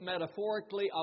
metaphorically